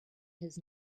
his